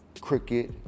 cricket